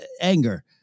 anger